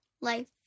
life